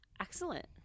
Excellent